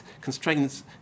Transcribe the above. constraints